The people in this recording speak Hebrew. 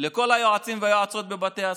לכל היועצים והיועצות בבתי הספר,